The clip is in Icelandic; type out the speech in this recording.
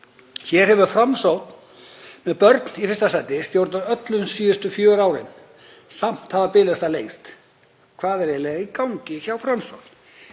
Hér hefur Framsókn, með börn í fyrsta sæti, stjórnað öllu síðustu fjögur árin og samt hafa biðlistar lengst. Hvað er eiginlega í gangi hjá Framsókn?